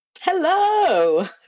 Hello